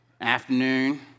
Afternoon